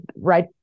right